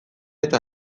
eta